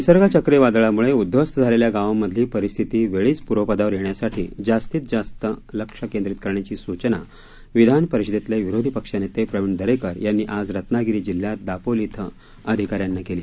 निसर्ग चक्रीवादळामुळे उद्ध्वस्त झालेल्या गावांमधली परिस्थिती वेळीच पूर्वपदावर येण्यासाठी जास्तीत लक्ष केंद्रित करण्याची सूचना विधान परिषदेतले विरोधी पक्षनेते प्रवीण दरेकर यांनी आज रत्नागिरी जिल्ह्यात दापोली इथं अधिकाऱ्यांना केली